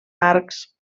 arcs